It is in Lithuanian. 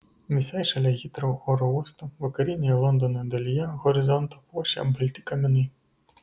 visai šalia hitrou oro uosto vakarinėje londono dalyje horizontą puošia balti kaminai